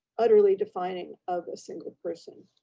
utterly defining of a single person.